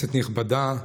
כנסת נכבדה,